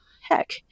heck